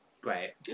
great